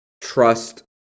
trust